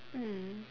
mm